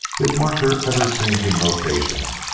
it marked their ever-changing location,